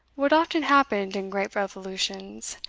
what often happened in great revolutions,